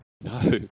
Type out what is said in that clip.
No